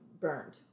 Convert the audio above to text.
burned